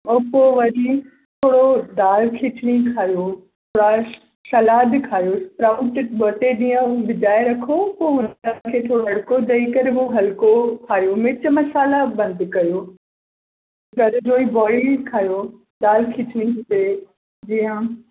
ऐं पोइ वरी थोरो दाल खिचड़ी खाओ प्लस सलाद बि खाओ स्प्राऊट ॿ टे ॾींहं भिॼाये रखो पोइ उन खे थोरो हल्को धोई करे पोइ हल्को खाओ मिर्च मसाल्हा बंदि कयो घर जो ई बॉइल खाओ दाल खिचड़ी हुजे जीअं